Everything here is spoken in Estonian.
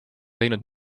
teinud